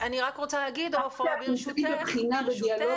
אני רק רוצה להגיד --- אנחנו נמצאים בבחינה ודיאלוג